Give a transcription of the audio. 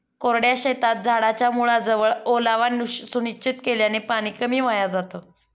कोरड्या शेतात झाडाच्या मुळाजवळ ओलावा सुनिश्चित केल्याने पाणी कमी वाया जातं